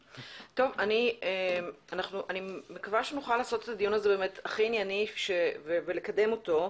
אני מקווה שנוכל לערוך את הדיון הזה באופן הכי ענייני ולקדם אותו.